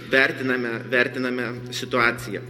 vertiname vertiname situaciją